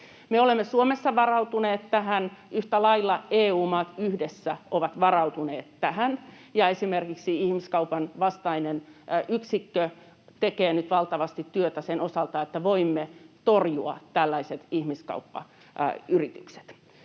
Me olemme Suomessa varautuneet tähän. Yhtä lailla EU-maat yhdessä ovat varautuneet tähän, ja esimerkiksi ihmiskaupan vastainen yksikkö tekee nyt valtavasti työtä sen osalta, että voimme torjua tällaiset ihmiskauppayritykset.